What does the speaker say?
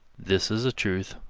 this is a truth,